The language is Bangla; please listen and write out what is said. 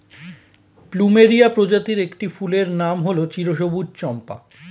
প্লুমেরিয়া প্রজাতির একটি ফুলের নাম হল চিরসবুজ চম্পা